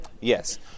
Yes